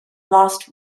lost